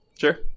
Sure